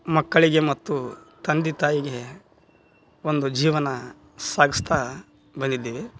ಮಕ್ಕಳಿಗೆ ಮತ್ತು ತಂದೆ ತಾಯಿಗೆ ಒಂದು ಜೀವನ ಸಾಗಿಸ್ತಾ ಬಂದಿದ್ದೀವಿ